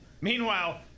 Meanwhile